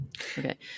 Okay